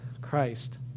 Christ